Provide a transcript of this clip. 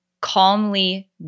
calmly